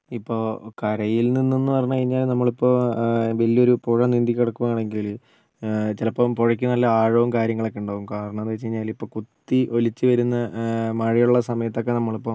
ഇപ്പോൾ കരയിൽ നിന്നെന്ന് പറഞ്ഞ് കഴിഞ്ഞാൽ നമ്മളിപ്പോൾ വലിയൊരു പുഴ നീന്തി കടക്കുവാണെങ്കിൽ ചിലപ്പം പുഴക്ക് നല്ല ആഴോം കാര്യങ്ങളൊക്കെ ഉണ്ടാകും കാരണം എന്താന്ന് വച്ച് കഴിഞ്ഞാൽ ഇപ്പം കുത്തി ഒലിച്ച് വരുന്ന മഴയുള്ള സമയത്തൊക്കെ നമ്മളിപ്പോൾ